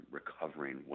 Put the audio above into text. recovering